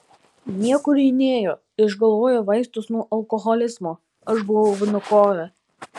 niekur ji nėjo išgalvojo vaistus nuo alkoholizmo aš buvau vnukove